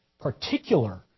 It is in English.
particular